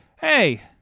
hey